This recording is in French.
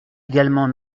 également